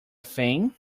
thing